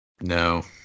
No